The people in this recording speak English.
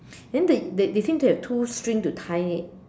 then they they seem to have two strings to tie it